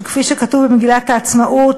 שכפי שכתוב במגילת העצמאות,